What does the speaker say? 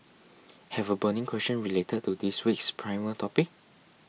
have a burning question related to this week's primer topic